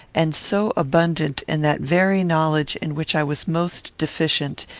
and so abundant in that very knowledge in which i was most deficient,